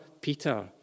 Peter